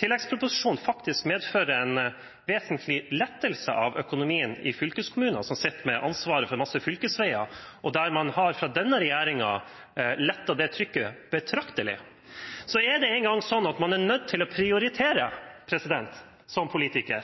tilleggsproposisjonen faktisk medfører en vesentlig lettelse i økonomien til fylkeskommunene, som sitter med ansvaret for en masse fylkesveier, og der man fra denne regjeringen har lettet det trykket betraktelig, er det engang slik at man som politiker er nødt til å prioritere.